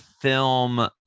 film